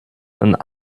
and